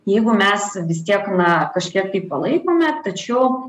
jeigu mes vis tiek na kažkiek tai palaikome tačiau